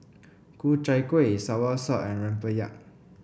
Ku Chai Kuih soursop and rempeyek